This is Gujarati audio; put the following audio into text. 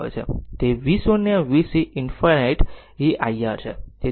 તેથી v0 vc infinity એ I R છે